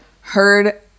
heard